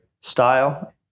style